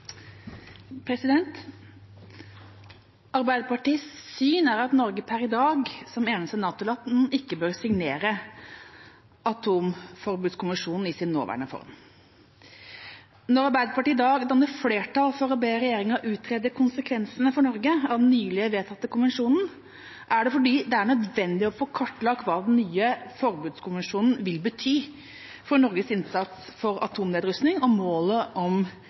Arbeiderpartiets syn er at Norge per i dag som eneste NATO-land ikke bør signere atomforbudskonvensjonen i sin nåværende form. Når Arbeiderpartiet i dag danner flertall for å be regjeringen utrede konsekvensene for Norge av den nylig vedtatte konvensjonen, er det fordi det er nødvendig å få kartlagt hva den nye forbudskonvensjonen vil bety for Norges innsats for atomnedrustning og målet om